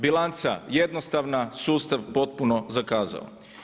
Bilanca jednostavna, sustav potpuno zakazao.